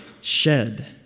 shed